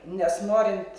nes norint